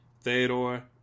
Theodore